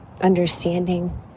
understanding